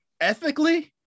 ethically